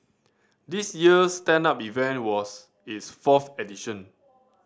this year's stand up event was its fourth edition